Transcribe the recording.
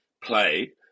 play